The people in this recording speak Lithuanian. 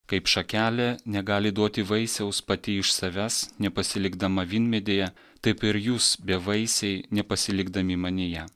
kaip šakelė negali duoti vaisiaus pati iš savęs nepasilikdama vynmedyje taip ir jūs bevaisiai nepasilikdami manyje